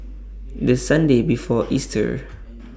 The Sunday before Easter